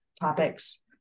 topics